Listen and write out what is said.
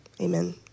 Amen